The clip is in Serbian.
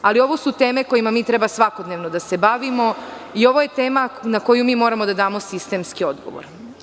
Ali, ovo su teme kojima mi treba svakodnevno da se bavimo i ovo je tema na koju mi moramo da damo sistemski odgovor.